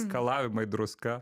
skalavimai druska